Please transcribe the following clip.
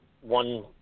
one